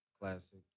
classic